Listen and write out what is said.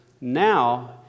Now